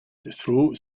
through